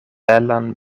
belan